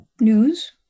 news